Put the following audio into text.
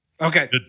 Okay